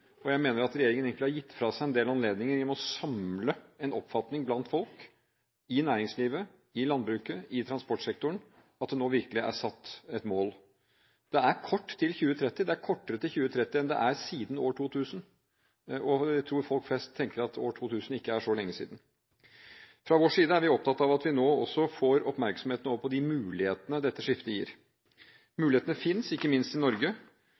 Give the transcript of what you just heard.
og jeg mener at regjeringen egentlig har gitt fra seg en del anledninger til å samle en oppfatning blant folk – i næringslivet, i landbruket, i transportsektoren – om at det nå virkelig er satt et mål. Det er kort til 2030. Det er kortere til 2030 enn det er siden år 2000, og jeg tror folk flest tenker at år 2000 ikke er så lenge siden. Fra vår side er vi opptatt av at vi nå også får oppmerksomheten over på de mulighetene dette skiftet gir. Mulighetene finnes, ikke minst i Norge.